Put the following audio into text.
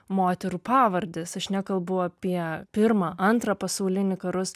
moterų pavardes aš nekalbu apie pirmą antrą pasaulinį karus